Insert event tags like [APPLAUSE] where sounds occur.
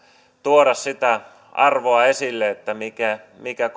tuoda sitä arvoa esille mikä mikä [UNINTELLIGIBLE]